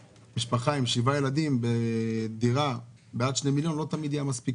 משפחה עם שבעה ילדים בדירה עד שני מיליון לא תמיד מספיקה.